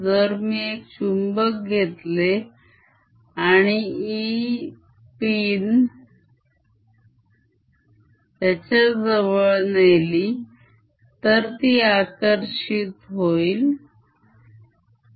जर मी एक चुंबक घेतले आणि ईल पिन त्याच्याजवळ नेली तर ती आकर्षित होईल